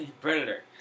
Predator